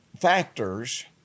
factors